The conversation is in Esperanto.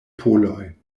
poloj